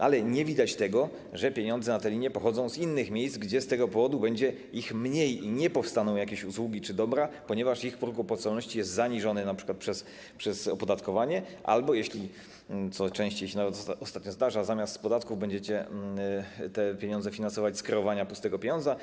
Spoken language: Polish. Ale nie widać tego, że pieniądze na tę linię pochodzą z innych miejsc, gdzie z tego powodu będzie ich mniej i nie powstaną jakieś usługi czy dobra, ponieważ ich próg opłacalności jest zaniżony np. przez opodatkowanie albo jeśli, co częściej się nawet ostatnio zdarza, zamiast z podatków będziecie te pieniądze finansować z kreowania pustego pieniądza.